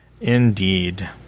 indeed